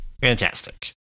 Fantastic